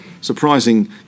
surprising